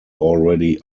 already